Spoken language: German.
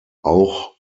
auch